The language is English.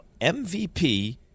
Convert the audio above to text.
MVP